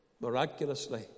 miraculously